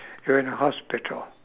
you are in a hospital